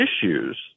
issues